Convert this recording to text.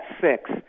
six